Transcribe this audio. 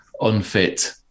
unfit